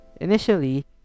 initially